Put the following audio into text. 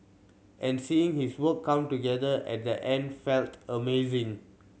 and seeing his work come together at the end felt amazing